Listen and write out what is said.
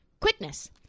Quickness